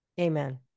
Amen